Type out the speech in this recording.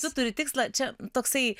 tu turi tikslą čia toksai